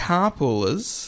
Carpoolers